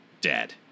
dead